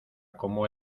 como